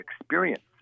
experience